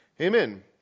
Amen